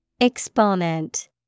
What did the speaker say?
Exponent